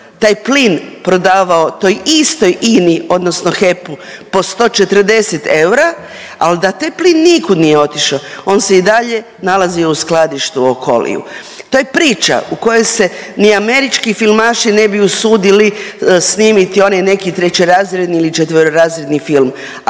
taj plin prodavao toj istoj INA-i odnosno HEP-u po 140 eura, ali da taj plin nikud nije otišo, on se i dalje nalazio u skladištu Okoliu. To je priča u kojoj se ni američki filmaši ne bi usudili snimiti onaj neki trećerazredni ili četverorazredni film,